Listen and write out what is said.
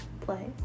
play